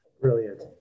Brilliant